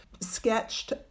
sketched